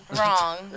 wrong